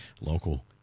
local